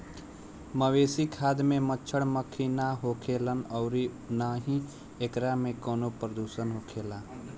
मवेशी खाद में मच्छड़, मक्खी ना होखेलन अउरी ना ही एकरा में कवनो प्रदुषण होखेला